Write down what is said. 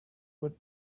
would